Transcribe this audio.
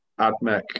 Admech